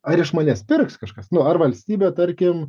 ar iš manęs pirks kažkas nu ar valstybė tarkim